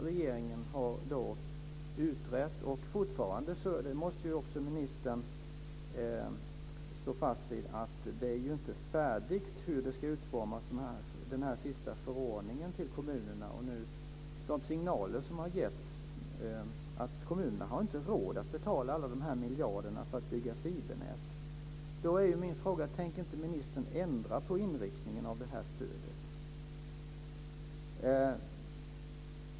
Regeringen har utrett kommunstödet. Det är ännu inte färdigt hur den sista förordningen till kommunerna ska utformas. De signaler som har getts är att kommunerna inte har råd att betala alla dessa miljarder för att bygga fibernät. Tänker inte ministern ändra på inriktningen av stödet?